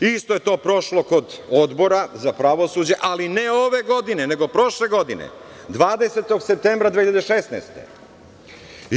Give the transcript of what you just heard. Isto je to prošlo kod Odbora za pravosuđe, ali ne ove godine, nego prošle godine, 20. septembra 2016. godine.